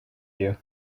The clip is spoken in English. you